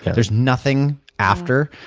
there's nothing after.